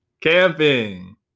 Camping